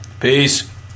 Peace